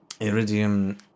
Iridium